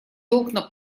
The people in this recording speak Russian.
окна